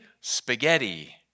Spaghetti